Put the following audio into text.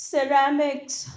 Ceramics